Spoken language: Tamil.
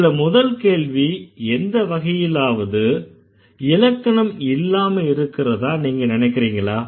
இதுல முதல் கேள்வி எந்த வகையிலாவது இலக்கணமில்லாம இருக்கறதா நீங்க நினைக்கறீங்களா